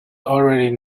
already